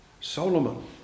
Solomon